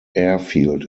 airfield